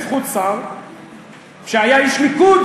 בזכות שר שהיה איש הליכוד